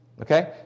Okay